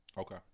Okay